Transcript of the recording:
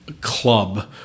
Club